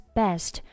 best